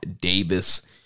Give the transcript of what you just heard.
Davis